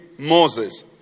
moses